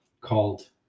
called